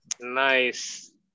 Nice